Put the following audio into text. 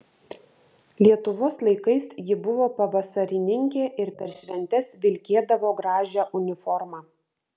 lietuvos laikais ji buvo pavasarininkė ir per šventes vilkėdavo gražią uniformą